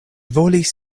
volis